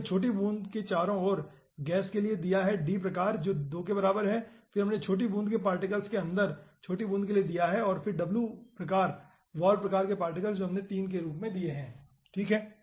हमने छोटी बूंद के चारों ओर गैस के लिए दिया है d प्रकार जो 2 के बराबर है जो हमने छोटी बूंद के पार्टिकल्स के अंदर छोटी बूंद के लिए दिया है और फिर w प्रकार वॉल प्रकार के पार्टिकल्स जो हमने 3 के रूप में दिए हैं ठीक है